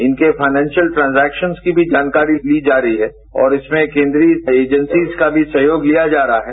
इनके financial transactions की भी जानकारी ली जा रही है और इसमे केंद्रीय एजेंसीज का भी सहयोग लिया जा रहा है